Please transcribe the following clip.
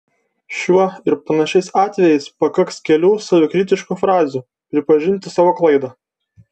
šiuo ir panašiais atvejais pakaks kelių savikritiškų frazių pripažinti savo klaidą